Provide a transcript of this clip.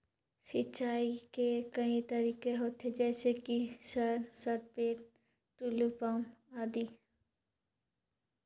सिंचाई के कई तरीका होथे? जैसे कि सर सरपैट, टुलु पंप, आदि?